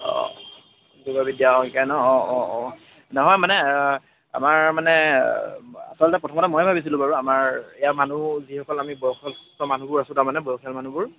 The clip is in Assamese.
অঁ য়ৌগা বিদ্যা শিকাই নহ্ অঁ অঁ অঁ নহয় মানে আমাৰ মানে আচলতে প্ৰথমতে মই ভাবিছিলোঁ বাৰু আমাৰ ইয়াৰ মানুহ যিসকল আমি বয়সস্থ মানুহবোৰ আছোঁ তাৰমানে বয়সীয়াল মানুহবোৰ